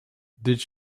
did